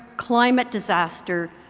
climate disaster,